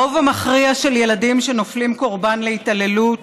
הרוב המכריע של ילדים שנופלים קורבן להתעללות